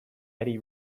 eddie